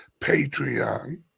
Patreon